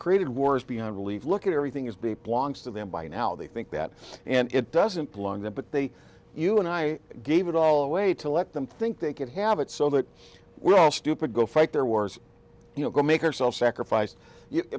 created wars beyond belief look at everything is be blanks to them by now they think that and it doesn't belong there but they you and i gave it all away to let them think they could have it so that we're all stupid go fight their wars you know go make our self sacrifice